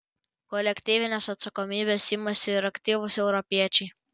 kolektyvinės atsakomybės imasi ir aktyvūs europiečiai